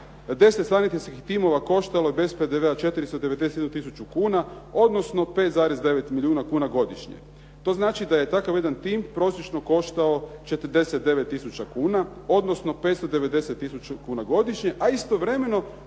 10 sanitetskih timova koštalo je bez PDV-a 491 tisuću kuna, odnosno 5,9 milijuna kuna godišnje. To znači da je takav jedan tim prosječno koštao 49 tisuća kuna odnosno 590 tisuća kuna godišnje, a istovremeno